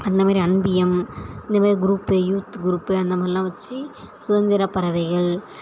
அந்த மாரி அன்பியம் இந்த மாரி க்ரூப்பு யூத்து க்ரூப்பு அந்த மாதிரிலாம் வெச்சி சுதந்திர பறவைகள்